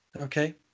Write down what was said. Okay